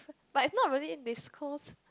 but it's no really this close